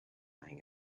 hanging